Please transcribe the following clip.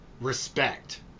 respect